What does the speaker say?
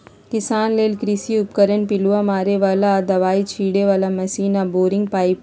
किसान लेल कृषि उपकरण पिलुआ मारे बला आऽ दबाइ छिटे बला मशीन आऽ बोरिंग पाइप